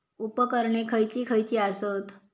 उपकरणे खैयची खैयची आसत?